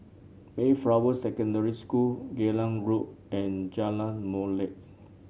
Mayflower Secondary School Geylang Road and Jalan Molek